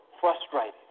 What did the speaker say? frustrated